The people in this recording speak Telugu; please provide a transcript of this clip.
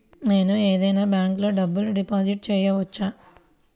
నేను ఏదైనా బ్యాంక్లో డబ్బు డిపాజిట్ చేయవచ్చా?